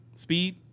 Speed